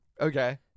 Okay